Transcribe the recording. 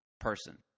person